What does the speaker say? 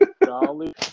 Dolly